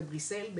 בבריסל,